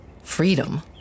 Freedom